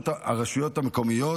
הרשויות המקומיות